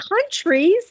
countries